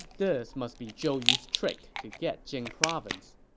this must be zhou yu's trick to get jing province.